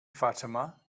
fatima